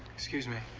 excuse me.